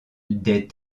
des